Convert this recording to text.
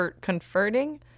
converting